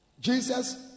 Jesus